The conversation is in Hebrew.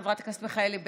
חברת הכנסת מיכאלי,